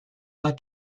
hat